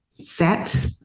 set